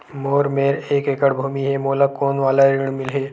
मोर मेर एक एकड़ भुमि हे मोला कोन वाला ऋण मिलही?